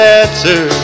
answer